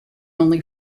only